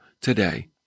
today